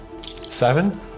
Seven